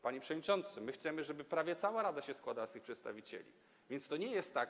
Panie przewodniczący, chcemy, żeby prawie cała rada się składała z tych przedstawicieli, więc to nie jest tak.